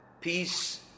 Peace